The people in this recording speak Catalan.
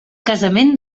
casament